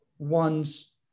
One's